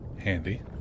Handy